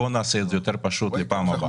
בואו נעשה את זה יותר פשוט לפעם הבאה.